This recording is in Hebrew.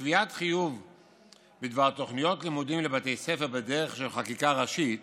קביעת חיוב בדבר תוכניות לימודים לבתי ספר בדרך של חקיקה ראשית